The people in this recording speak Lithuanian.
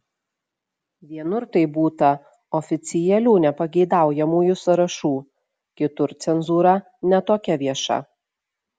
vienur tai būta oficialių nepageidaujamųjų sąrašų kitur cenzūra ne tokia vieša